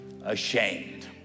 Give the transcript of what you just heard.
ashamed